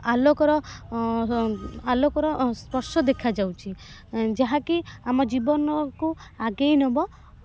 ଆଲୋକର ଆଲୋକର ସ୍ପର୍ଶ ଦେଖାଯାଉଛି ଯାହାକି ଜୀବନକୁ ଆଗେଇ ନେବ